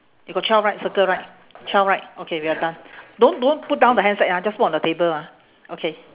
you got twelve right circle right twelve right okay we are done don't don't put down the handset ah just put on the table ah okay